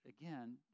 again